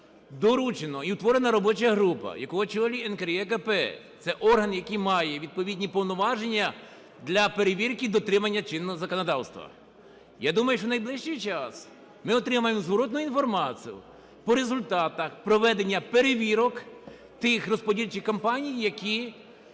доручено і утворена робоча група, яку очолює НКРЕКП – це орган, який має відповідні повноважень для перевірки і дотримання чинного законодавства. Я думаю, що у найближчий час ми отримаємо зворотну інформацію по результатах проведення перевірок тих розподільчих компаній, які